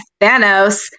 Thanos